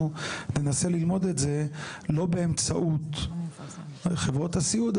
אנחנו ננסה ללמוד את זה לא באמצעות חברות הסיעוד,